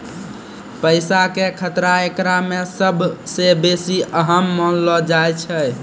पैसा के खतरा एकरा मे सभ से बेसी अहम मानलो जाय छै